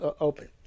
open